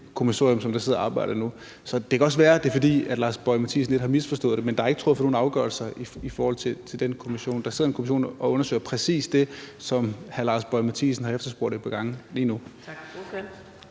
det kan være, at det er, fordi hr. Lars Boje Mathiesen har misforstået det lidt, men der er ikke truffet nogen afgørelser i forhold til den kommission. Der sidder lige nu en kommission og undersøger præcis det, som hr. Lars Boje Mathiesen har efterspurgt et par gange. Kl.